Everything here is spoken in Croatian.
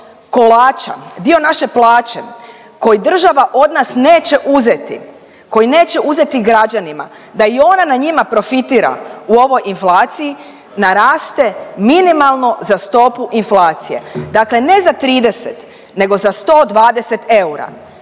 dio naše plaće koji država od nas neće uzeti, koji neće uzeti građanima da i ona na njima profitira u ovoj inflaciji naraste minimalno za stopu inflacije, dakle ne za 30 nego za 120 eura.